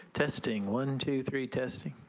testing one two three testing